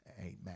Amen